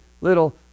little